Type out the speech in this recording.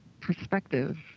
perspective